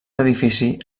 edifici